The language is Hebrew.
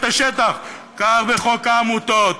את השטח כך בחוק העמותות,